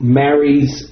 marries